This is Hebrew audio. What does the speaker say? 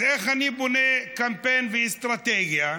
אז איך אני בונה קמפיין באסטרטגיה?